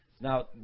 Now